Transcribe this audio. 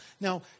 Now